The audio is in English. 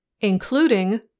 including